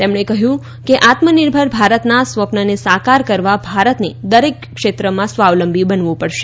તેમણે કહ્યું કે આત્મનિર્ભર ભારતના સ્વપ્નને સાકાર કરવા ભારતને દરેક ક્ષેત્રમાં સ્વાવલંબી બનાવવું પડશે